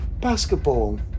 basketball